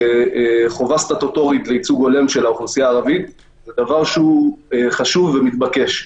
חובה סטטוטורית לייצוג הולם של האוכלוסייה הערבית הוא דבר חשוב ומתבקש.